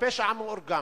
הפשע המאורגן.